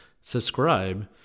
Subscribe